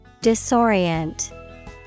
Disorient